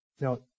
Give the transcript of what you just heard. Now